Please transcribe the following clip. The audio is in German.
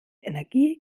energie